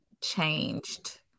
changed